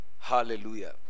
hallelujah